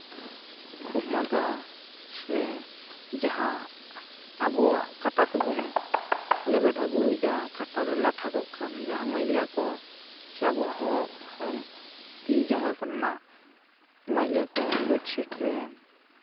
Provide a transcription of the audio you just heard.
ᱠᱷᱩᱜ ᱢᱟᱸᱫᱟ ᱥᱮ ᱡᱟᱦᱟᱸ ᱟᱵᱚᱣᱟᱜ ᱠᱟᱴᱟ ᱛᱮᱵᱚᱱ ᱞᱮᱵᱮᱫ ᱟᱹᱜᱩᱭᱮᱫᱟ ᱠᱟᱴᱟᱨᱮ ᱞᱟᱴᱷᱟ ᱠᱚ ᱠᱷᱟᱱ ᱡᱟᱦᱟᱸ ᱢᱟᱹᱭᱞᱟᱹ ᱠᱚ ᱥᱮ ᱟᱵᱚᱣᱟᱜ ᱦᱚᱲᱢᱚ ᱛᱤ ᱡᱟᱝᱜᱟ ᱠᱚᱨᱮᱱᱟᱜ ᱢᱟᱹᱭᱞᱟᱹ ᱠᱚ ᱵᱮᱰᱪᱷᱤᱴ ᱨᱮ